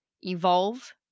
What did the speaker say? evolve